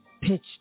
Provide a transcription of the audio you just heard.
pitch